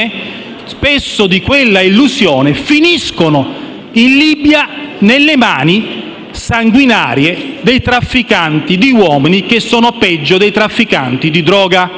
spesso di quella illusione, finiscono in Libia nelle mani sanguinarie dei trafficanti di uomini, che sono peggiori dei trafficanti di droga.